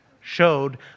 showed